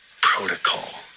protocol